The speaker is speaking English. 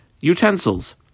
utensils